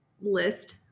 list